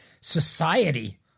society